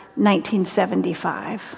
1975